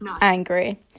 angry